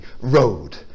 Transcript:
road